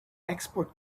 export